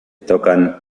tocan